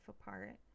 apart